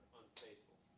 unfaithful